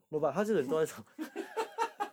mm